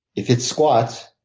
if it's squats,